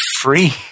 free